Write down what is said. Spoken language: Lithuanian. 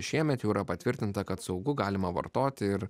šiemet jau yra patvirtinta kad saugu galima vartoti ir